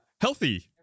Healthy